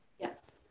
Yes